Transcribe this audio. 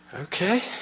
Okay